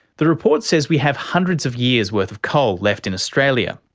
the report says we have hundreds of years worth of coal left in australia.